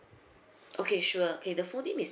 okay sure okay the full name is